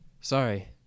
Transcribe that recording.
Sorry